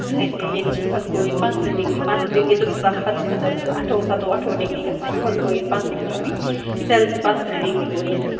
زٕہٖنۍ تہِ آز گوو یتہِ پانژھ ترہ ڈگری پانژھ ترہ ڈگری سُہ گوو حدٕ کھۄتہٕ زیادٕ اٹھووُہ ستووُہ اٹھووُہ ڈگری گژھان یۄہس گوو ییٚتہِ پانژھ ترہ ڈگری سیل پانژھ ترہ ڈگری گوو ییٚتہِ